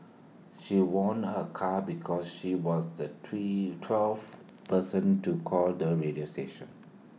she won A car because she was the twin twelfth person to call the radio station